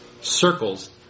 circles